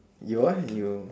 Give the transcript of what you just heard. you'all you